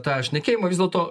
tą šnekėjimą vis dėlto